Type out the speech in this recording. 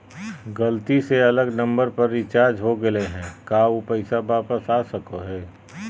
गलती से अलग नंबर पर रिचार्ज हो गेलै है का ऊ पैसा वापस आ सको है?